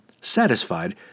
Satisfied